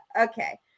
Okay